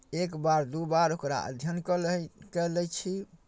एक बार दू बार ओकरा अध्ययन कऽ लै कए लै छी